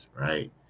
right